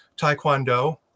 Taekwondo